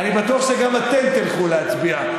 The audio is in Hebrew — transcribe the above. אני בטוח שגם אתן תלכו להצביע,